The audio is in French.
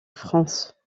france